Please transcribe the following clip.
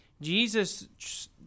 Jesus